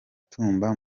tumba